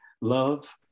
love